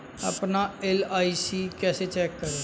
अपना एल.आई.सी कैसे चेक करें?